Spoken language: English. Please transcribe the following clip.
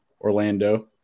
Orlando